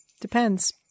Depends